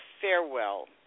farewell